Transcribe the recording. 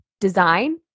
design